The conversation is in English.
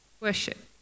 worship